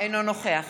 אינו נוכח